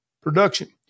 production